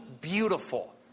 beautiful